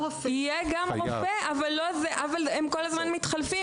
יהיה גם רופא, אבל הם מתחלפים.